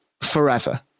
forever